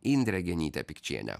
indrė genytė pikčienė